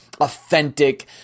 authentic